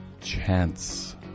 chance